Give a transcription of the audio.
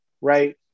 right